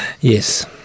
yes